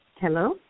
Hello